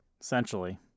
Essentially